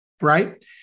right